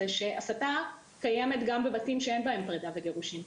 זה שהסתה קיימת גם בבתים שאין בהם פרידה וגירושים.